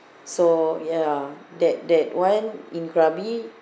so ya that that one in krabi